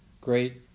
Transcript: great